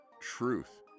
Truth